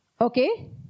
Okay